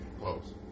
Close